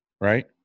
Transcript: Right